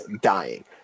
dying